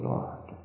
Lord